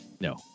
No